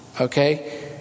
okay